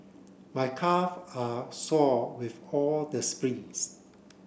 my calve are sore with all the sprints